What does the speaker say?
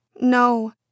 No